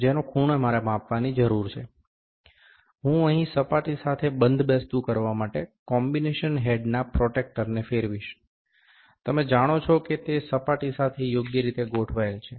જેનો ખૂણો મારે માપવાની જરૂર છે હું અહીં સપાટી સાથે બંધબેસતું કરવા માટે કોમ્બિનેશન હેડના પ્રોટ્રેક્ટરને ફેરવીશ તમે જાણો છો કે તે સપાટી સાથે યોગ્ય રીતે ગોઠવાયેલ છે